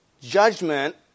judgment